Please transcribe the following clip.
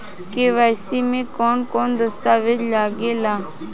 KYC में कवन कवन दस्तावेज लागे ला?